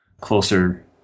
closer